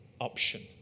option